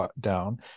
down